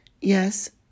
Yes